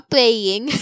Playing